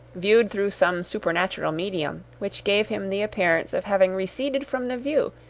viewed through some supernatural medium, which gave him the appearance of having receded from the view,